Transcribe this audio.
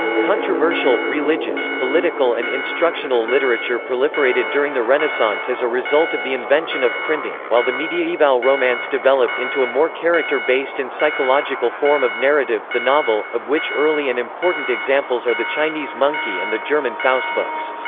controversial, religious, religious, political and instructional literature proliferated during the renaissance as a result of the invention of printing, while the mediaeval romance developed into a more character-based and psychological form of narrative, the novel, of which early and important examples are the chinese monkey and the german faust books.